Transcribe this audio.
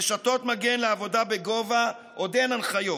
רשתות מגן לעבודה בגובה, עוד אין הנחיות,